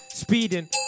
Speeding